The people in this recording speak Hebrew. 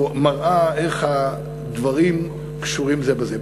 שמראה איך הדברים קשורים זה בזה.